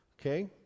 Okay